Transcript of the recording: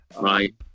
Right